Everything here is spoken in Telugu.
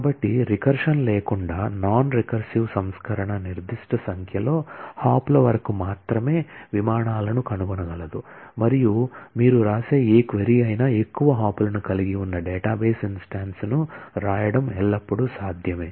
కాబట్టి రికర్సన్ లేకుండా నాన్ రికర్సివ్ సంస్కరణ నిర్దిష్ట సంఖ్యలో హాప్ల వరకు మాత్రమే విమానాలను కనుగొనగలదు మరియు మీరు వ్రాసే ఏ క్వరీ అయినా ఎక్కువ హాప్లను కలిగి ఉన్న డేటాబేస్ ఇన్స్టాన్స్ ను వ్రాయడం ఎల్లప్పుడూ సాధ్యమే